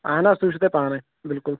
اہن حظ سُہ وٕچھُو تُہۍ پانَے بِلکُل